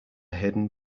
hidden